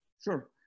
Sure